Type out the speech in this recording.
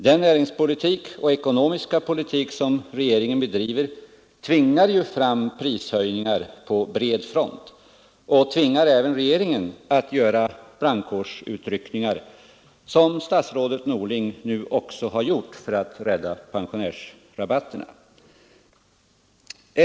Den näringspolitik och ekonomiska politik som regeringen bedriver tvingar fram prishöjningar på bred front och tvingar också regeringen att göra brandkårsutryckningar, som statsrådet Norling nu också gjort för att rädda pensionärsrabatterna.